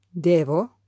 Devo